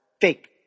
fake